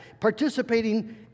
participating